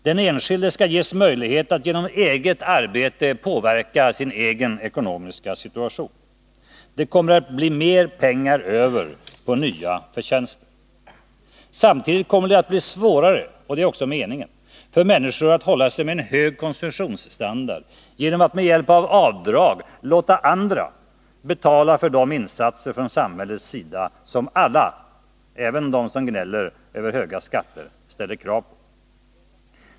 Den enskilde skall ges möjlighet att genom eget arbete påverka sin egen ekonomiska situation. Det kommer att bli mer pengar över på nya förtjänster. Samtidigt kommer det att bli svårare, vilket också är meningen, för människor att hålla sig med hög konsumtionsstandard genom att med hjälp av avdrag låta andra betala för de insatser från samhällets sida som alla — även de som gnäller över höga skatter — ställer krav på.